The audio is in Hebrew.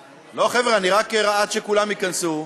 לא, חבר'ה, אני רק עד שכולם ייכנסו.